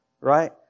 right